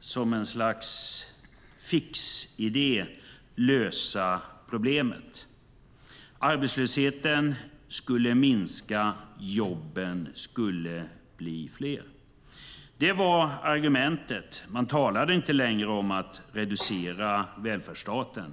som en sorts fix idé ska lösa problemet. Arbetslösheten skulle minska, jobben skulle bli fler. Det var argumentet. Man talade inte längre om att reducera välfärdsstaten.